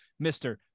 Mr